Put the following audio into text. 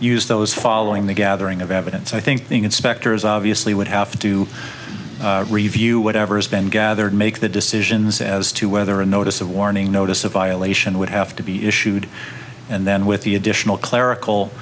use those following the gathering of evidence i think the inspectors obviously would have to do review whatever has been gathered make the decisions as to whether a notice of warning notice a violation would have to be issued and then with the additional clerical